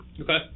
Okay